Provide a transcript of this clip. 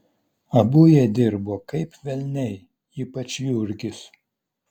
abu jie dirbo kaip velniai ypač jurgis